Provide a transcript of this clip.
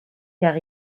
car